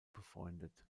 befreundet